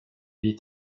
hit